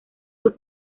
sus